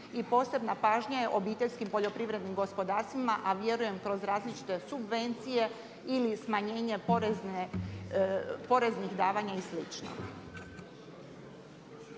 i posebna pažnja je obiteljskim poljoprivrednim gospodarstvima, a vjerujem kroz različite subvencije ili smanjenje poreznih davanja i